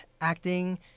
acting